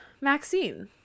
Maxine